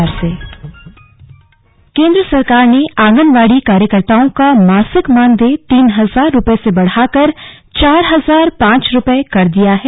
slug प्रधानमंत्री केंद्र सरकार ने आंगनवाड़ी कार्यकर्ताओं का मासिक मानदेय तीन हजार रुपए से बढ़ाकर चार हजार पांच रुपए कर दिया है